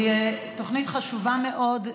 היא תוכנית חשובה מאוד,